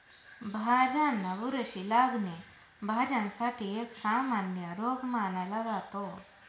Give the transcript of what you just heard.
भाज्यांना बुरशी लागणे, भाज्यांसाठी एक सामान्य रोग मानला जातो